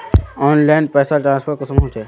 Online पैसा transfer कुंसम होचे?